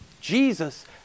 Jesus